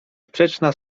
sprzeczna